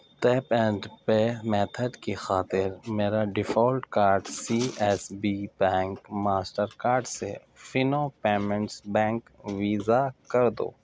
tap and pay method کی خاطر میرا default card C S B bank master card سے فینو پیمنٹس بینک ویزا کر دو